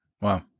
Wow